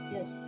Yes